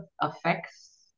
affects